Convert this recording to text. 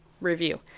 review